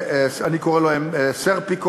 המיתון בפתח.